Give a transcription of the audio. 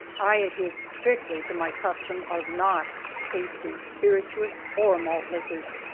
i adhered strictly to my custom of not tasting spirituous or malt liquors,